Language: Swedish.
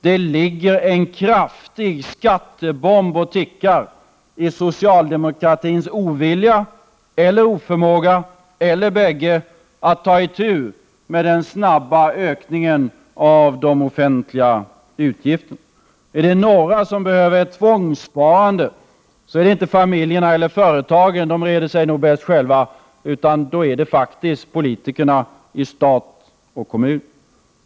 Det ligger en kraftig skattebomb och tickar i socialdemokraternas ovilja eller oförmåga — eller bäggedera — att ta itu med den snabba ökningen av de offentliga utgifterna. Är det några som behöver ett tvångssparande så är det inte familjerna och företagen — de reder sig bäst själva — utan politikerna i stat och kommun.